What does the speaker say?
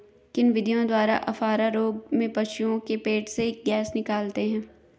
किन विधियों द्वारा अफारा रोग में पशुओं के पेट से गैस निकालते हैं?